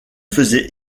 faisait